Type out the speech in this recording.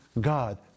God